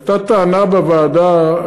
הייתה טענה בוועדה,